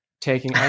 taking